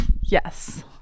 Yes